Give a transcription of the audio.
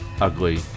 ugly